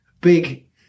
big